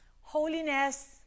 Holiness